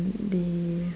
they